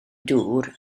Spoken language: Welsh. dŵr